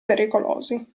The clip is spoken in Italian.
pericolosi